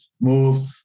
move